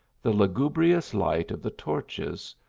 the lugubrious light of the torches,